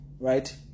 Right